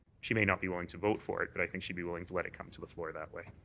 she may not be willing to vote for it but i mean she would be willing to let it come to the floor that way.